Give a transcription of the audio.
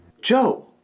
Joe